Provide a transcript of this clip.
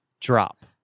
Drop